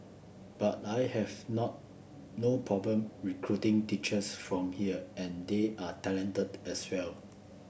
but I have not no problem recruiting teachers from here and they are talented as well